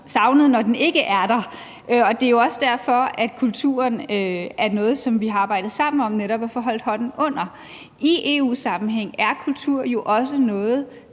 savnet, når den ikke er der. Det er jo også derfor, at kulturen er noget, som vi har arbejdet sammen om netop at få holdt hånden under. I EU-sammenhæng er kultur jo også noget,